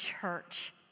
church